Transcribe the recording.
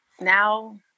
now